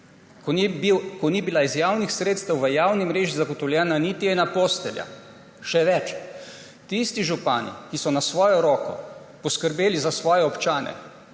ko ni bila iz javnih sredstev v javni mreži zagotovljena niti ena postelja. Še več, tisti župani, ki so na svojo roko poskrbeli za svoje občane